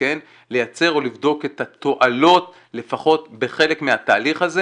לייצר או לבדוק את התועלות לפחות בחלק מהתהליך הזה.